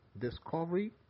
discovery